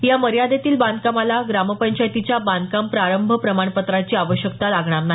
या मर्यादेतील बांधकामाला ग्रामपंचायतीच्या बांधकाम प्रारंभ प्रमाणपत्राची आवश्यकता लागणार नाही